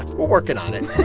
we're working on it